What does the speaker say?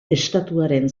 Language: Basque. estatuaren